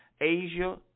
Asia